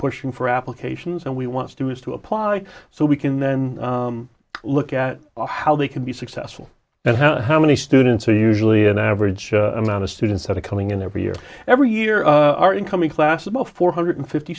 pushing for applications and we want to do is to apply so we can then look at how they can be successful at how how many students are usually an average amount of students at a coming in every year every year our incoming class about four hundred fifty